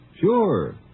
Sure